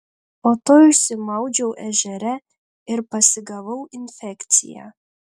po to išsimaudžiau ežere ir pasigavau infekciją